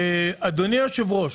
אדוני היושב-ראש,